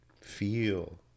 feel